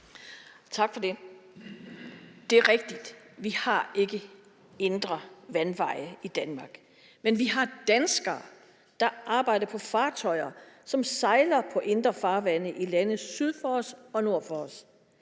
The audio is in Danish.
Tak for det. Det er rigtigt, at vi ikke har indre vandveje Danmark, men vi har danskere, der arbejder på fartøjer, som sejler på indre farvande i lande syd for os og nord for os.